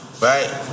right